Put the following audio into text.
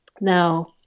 Now